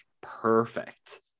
perfect